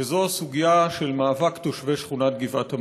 וזו הסוגיה של מאבק תושבי שכונת גבעת עמל.